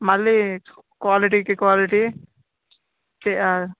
మళ్ళీ క్వాలిటీకి క్వాలిటీ చె